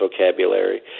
vocabulary